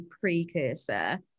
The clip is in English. precursor